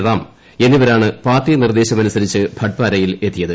റാം എന്നിവരാണ് പാർട്ടി നിർദ്ദേശമനുസരിച്ച് ഭട്ട്പാരയിൽ എത്തിയത്